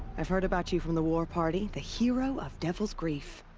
i've heard about you from the war party, the hero of devil's grief.